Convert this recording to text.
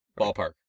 Ballpark